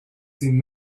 seen